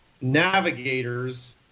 navigators—